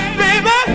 baby